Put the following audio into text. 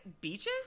Beaches